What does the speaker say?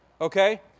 Okay